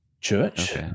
church